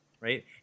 Right